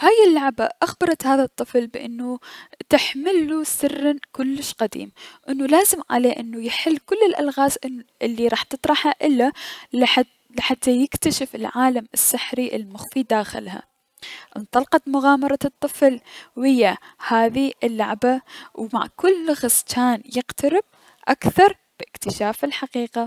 هاي اللعبة اخبرت هذا الطفل بأنو تحملو سر كلش قديم و انو لازم يحل كل الألغاز ان الي راح تطرحه اله لحت لحتى يكتشف العالم السحري المخفي داخلها ، انطلفقت مغامرة الطفل ويا هذى اللعبة و مع كل لغز جان يقترب اكثر لأكتشاف الحقيقة.